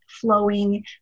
flowing